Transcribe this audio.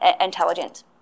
intelligent